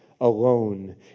alone